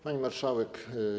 Pani Marszałek!